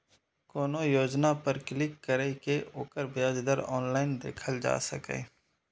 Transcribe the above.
कोनो योजना पर क्लिक कैर के ओकर ब्याज दर ऑनलाइन देखल जा सकैए